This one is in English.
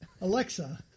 Alexa